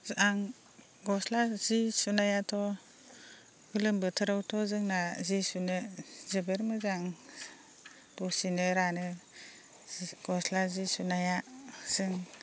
आं गस्ला जि सुनायाथ' गोलोम बोथोरावथ' जोंना जि सुनो जोबोर मोजां दसेनो रानो गस्ला जि सुनाया जों